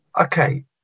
Okay